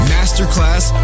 Masterclass